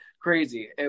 Crazy